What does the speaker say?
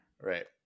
Right